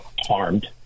harmed